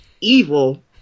evil